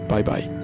Bye-bye